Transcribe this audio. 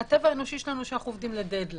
הטבע האנושי שלנו, שאנו עובדים לדד ליין.